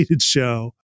show